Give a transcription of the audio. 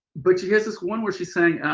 but she gets this one where she's saying,